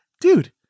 dude